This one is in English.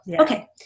okay